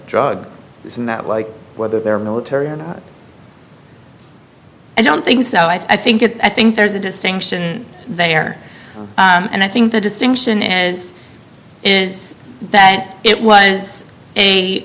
drug isn't that like whether they're military or i don't think so i think it i think there's a distinction there and i think the distinction is is that it was a